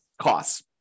costs